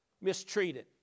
mistreated